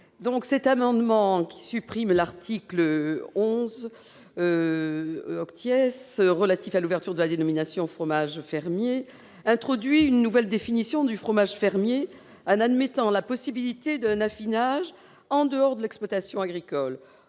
Cet amendement tend à supprimer l'article 11 , relatif à l'ouverture de la dénomination « fromage fermier ». Cet article introduit une nouvelle définition du fromage fermier en admettant la possibilité d'un affinage en dehors de l'exploitation agricole.